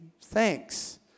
thanks